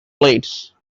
plates